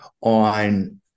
on